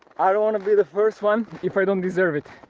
i don't want to be the first one if i don't deserve it.